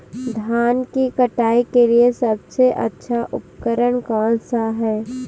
धान की कटाई के लिए सबसे अच्छा उपकरण कौन सा है?